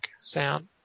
sound